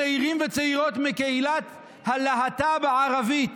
צעירים וצעירות מקהילת הלהט"ב הערבית